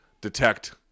detect